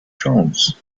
jones